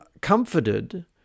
comforted